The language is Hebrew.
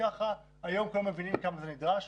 היום כבר מבינים כמה זה נדרש.